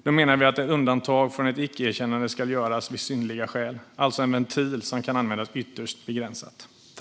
Där menar vi att undantag från ett icke-erkännande ska göras vid synnerliga skäl. Det är alltså en ventil som kan användas ytterst begränsat.